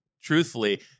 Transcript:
truthfully